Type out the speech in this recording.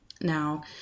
Now